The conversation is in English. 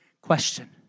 Question